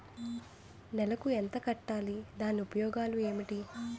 నెలకు ఎంత కట్టాలి? దాని ఉపయోగాలు ఏమిటి?